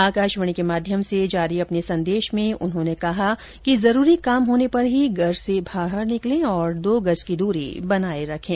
आकाशवाणी के माध्यम से जारी अपने संदेश में उन्होंने लोगों से कहा कि जरूरी काम होने पर ही घर से निकलें और दो गज की दूरी बनाए रखें